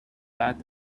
fat